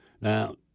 Now